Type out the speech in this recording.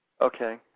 Okay